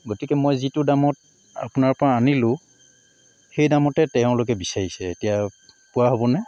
গতিকে মই যিটো দামত আপোনাৰ পৰা আনিলো সেই দামতে তেওঁলোকে বিচাৰিছে এতিয়া পোৱা হ'বনে